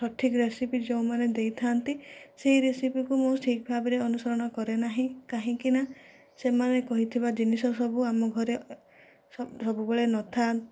ସଠିକ ରେସିପି ଯେଉଁମାନେ ଦେଇଥାନ୍ତି ସେହି ରେସିପିକୁ ମୁଁ ଠିକ ଭାବରେ ଅନୁସରଣ କରେ ନାହି କାହିଁକି ନା ସେମାନେ କହିଥିବା ଜିନିଷ ସବୁ ଆମ ଘରେ ସବୁବେଳେ ନଥାଏ